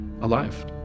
alive